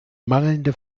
mangelnde